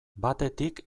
batetik